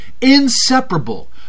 inseparable